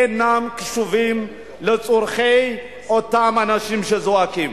אינם קשובים לצרכים של אותם אנשים שזועקים.